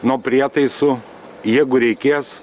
nuo prietaisų jeigu reikės